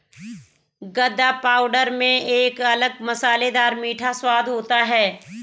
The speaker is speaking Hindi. गदा पाउडर में एक अलग मसालेदार मीठा स्वाद होता है